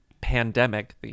pandemic